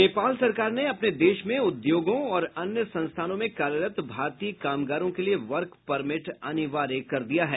नेपाल सरकार ने अपने देश में उद्योगों और अन्य संस्थानों में कार्यरत भारतीय कामगारों के लिए वर्क परमिट अनिवार्य कर दिया है